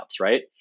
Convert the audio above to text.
right